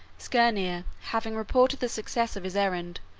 skirnir having reported the success of his errand,